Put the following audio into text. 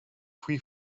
free